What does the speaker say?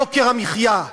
יוקר המחיה,